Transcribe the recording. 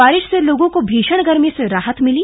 बारिश से लोगों को भीषण गर्मी से राहत मिली